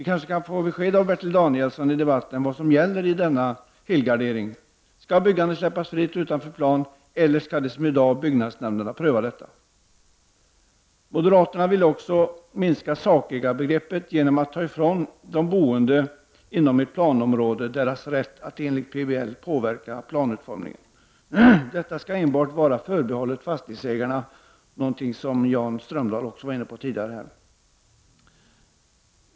Kan vi få besked av Bertil Danielsson i debatten om vad som gäller i denna helgardering? Skall byggandet släppas fritt utanför plan eller skall som i dag byggnadsnämnderna pröva detta? Moderaterna vill också minska sakägarbegreppet genom att ta ifrån de boende inom ett planområde deras rätt att enligt PBL påverka planutformningen. Detta skall enbart vara förbehållet fastighetsägarna — något som Jan Strömdanhl också berörde.